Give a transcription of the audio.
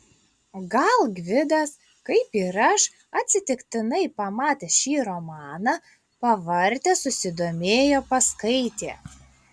gal gvidas kaip ir aš atsitiktinai pamatęs šį romaną pavartė susidomėjo paskaitė